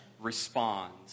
responds